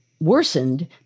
worsened